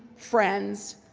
friends,